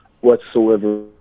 whatsoever